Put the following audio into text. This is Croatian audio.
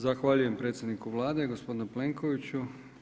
Zahvaljujem predsjedniku Vlade gospodinu Plenkoviću.